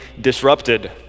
disrupted